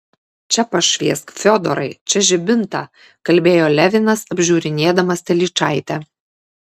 čia pašviesk fiodorai čia žibintą kalbėjo levinas apžiūrinėdamas telyčaitę